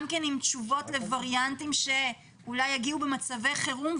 תשובות לווריאנטים שאולי יגיעו במצבי חירום,